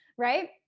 Right